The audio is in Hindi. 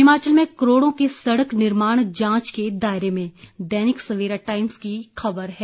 हिमाचल में करोड़ों के सड़क निर्माण जांच के दायरे में दैनिक सवेरा टाइम्स की खबर है